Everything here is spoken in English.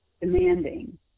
demanding